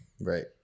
Right